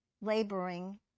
laboring